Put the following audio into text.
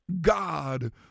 God